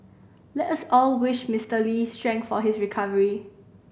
let us all wish Mister Lee strength for his recovery